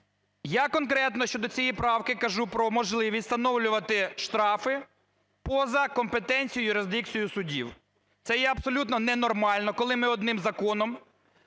Я конкретно щодо цієї правки кажу про можливість встановлювати штрафи поза компетенцією, юрисдикцією судів. Це є абсолютно ненормально, коли ми одним законом